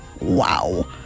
Wow